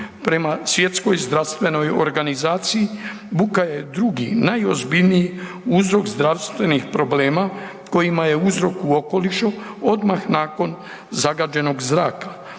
Prema Svjetskoj zdravstvenoj organizaciji buka je drugi najozbiljniji uzrok zdravstvenih problema kojima je uzrok u okolišu odmah nakon zagađenog zraka.